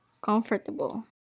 comfortable